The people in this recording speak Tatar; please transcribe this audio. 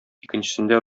икенчесендә